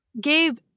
Gabe